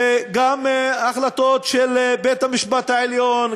וגם החלטות של בית-המשפט העליון,